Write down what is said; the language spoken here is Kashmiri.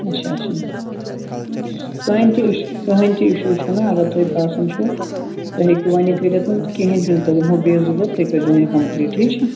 اچھا اچھا کٕہیٖنٛۍ تہِ اشوٗ کٕہیٖنٛۍ تہٕ اِشوٗ چھُنہٕ اَگر تۅہہِ باسان چھُو تُہۍ ہیٚکِو وۅنۍ یہِ کٔرِتھ کِہیٖنٛۍ چھُنہٕ تۅہہِ دِمہو بیٚیہِ زٕ دۅہ تُہۍ کٔرۍزیٚو یہِ کَمپٕلیٖٹ ٹھیٖک چھا